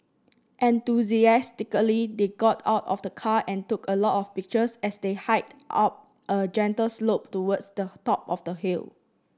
enthusiastically they got out of the car and took a lot of pictures as they hiked up a gentle slope towards the top of the hill